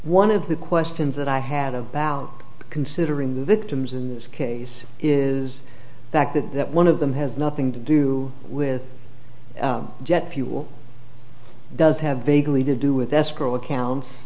one of the questions that i had about considering the victims in this case is that that that one of them has nothing to do with jet fuel does have vaguely to do with escrow accounts